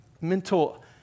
mental